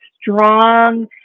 strong